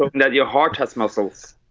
and that your heart has muscles